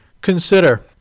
consider